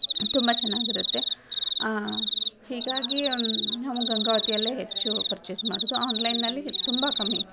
ತುಂಬ ಚೆನ್ನಾಗಿರುತ್ತೆ ಹೀಗಾಗಿ ನಾವು ಗಂಗಾವತಿಯಲ್ಲೇ ಹೆಚ್ಚು ಪರ್ಚೇಸ್ ಮಾಡೋದು ಆನ್ಲೈನಲ್ಲಿ ತುಂಬ ಕಮ್ಮಿ